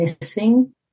missing